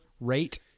rate